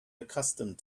accustomed